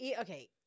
okay